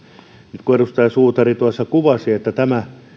nyt edustaja suutari tuossa kuvasi että tämä